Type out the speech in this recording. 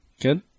Good